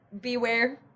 beware